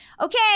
Okay